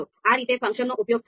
આ રીતે ફંક્શનનો ઉપયોગ થશે